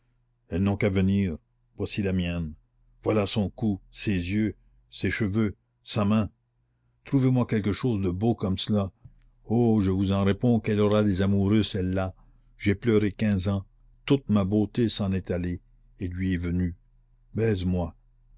elles n'ont qu'à venir voici la mienne voilà son cou ses yeux ses cheveux sa main trouvez-moi quelque chose de beau comme cela oh je vous en réponds qu'elle aura des amoureux celle-là j'ai pleuré quinze ans toute ma beauté s'en est allée et lui est venue baise moi